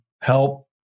help